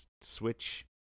switch